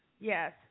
Yes